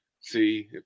see